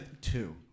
two